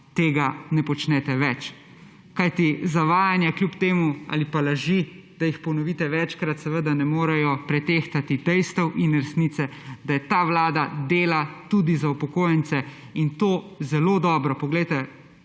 tega ne počnete več. Kajti zavajanja ali pa laži kljub temu, da jih ponovite večkrat, seveda ne morejo pretehtati dejstev in resnice, da ta vlada dela tudi za upokojence, in to zelo dobro. Izpeljali